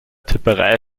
tipperei